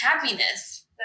happiness